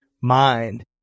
mind